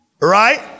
Right